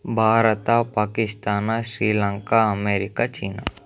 Bharat Pakistan Sri Lanka America China